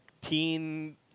teen